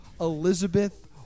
Elizabeth